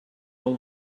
pel